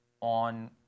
on